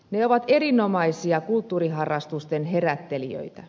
ne ovat erinomaisia kulttuuriharrastusten herättelijöitä